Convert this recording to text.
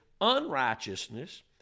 unrighteousness